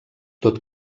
tot